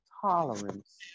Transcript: tolerance